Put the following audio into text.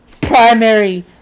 primary